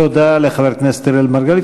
תודה לחבר הכנסת אראל מרגלית.